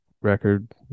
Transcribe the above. record